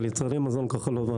על מוצרי מזון כחול לבן,